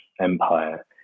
Empire